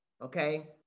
okay